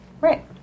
Right